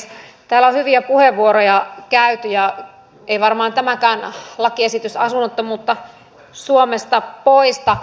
täällä on hyviä puheenvuoroja käytetty ja ei varmaan tämäkään lakiesitys asunnottomuutta suomesta poista